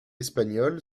espagnole